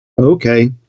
Okay